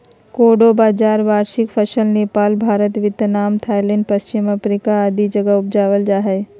कोडो बाजरा वार्षिक फसल नेपाल, भारत, वियतनाम, थाईलैंड, पश्चिम अफ्रीका आदि जगह उपजाल जा हइ